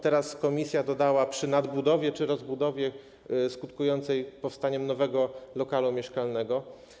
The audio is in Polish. Teraz komisja dodała: przy nadbudowie czy rozbudowie skutkującej powstaniem nowego lokalu mieszkalnego.